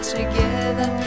together